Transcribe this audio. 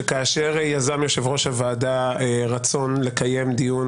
שכאשר יושב-ראש הוועדה יזם רצון לקיים דיון